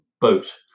boat